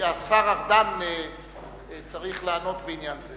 השר ארדן צריך לענות בעניין זה